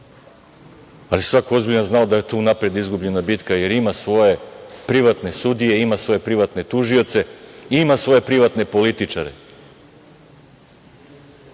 Ali, svako ozbiljan je znao da je to unapred izgubljena bitka, jer ima svoje privatne sudije, ima svoje privatne tužioce, ima svoje privatne političare.